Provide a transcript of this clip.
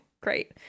great